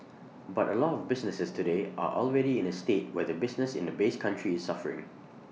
but A lot of businesses today are already in A state where the business in the base country is suffering